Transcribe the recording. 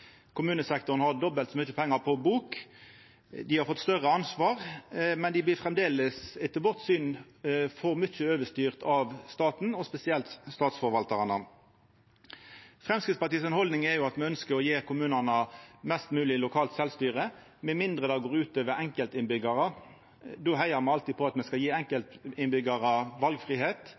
bok. Dei har fått større ansvar, men dei blir framleis etter vårt syn for mykje overstyrte av staten, og spesielt av statsforvaltarane. Haldninga til Framstegspartiet er at me ønskjer å gje kommunane mest mogleg lokalt sjølvstyre, med mindre det går ut over enkeltinnbyggjarar. Då heiar me alltid på at me skal gje